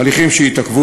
הליכים שהתעכבו,